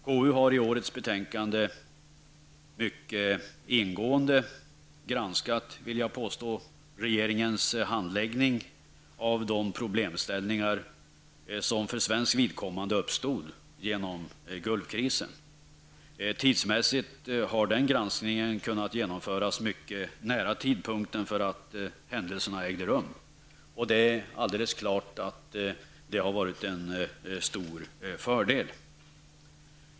KU har i årets betänkande mycket ingående granskat regeringens handläggning av de problemställningar som för svenskt vidkommande uppstod under Gulfkrisen. I tiden har granskningen kunnat genomföras mycket nära tidpunkterna då händelserna ägde rum, och det är alldeles klart att detta förhållande har varit en stor fördel.